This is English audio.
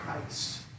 Christ